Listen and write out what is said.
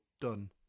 done